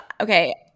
okay